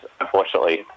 unfortunately